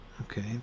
Okay